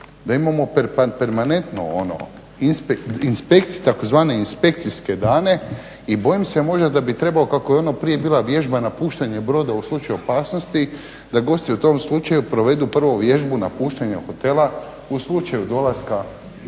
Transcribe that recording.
da imamo permanentno ono tzv. inspekcijske dane i bojim se možda da bi trebalo kako je ono prije bila vježba napuštanje broda u slučaju opasnosti da gosti u tom slučaju provedu prvo vježbu napuštanja hotela u slučaju dolaska inspekcije.